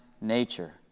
nature